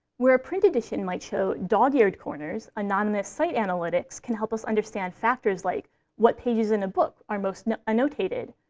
where a print edition might show dog-eared corners, anonymous site analytics can help us understand factors like what pages in a book are most annotated,